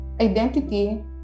identity